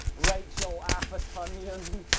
rachel athertonion.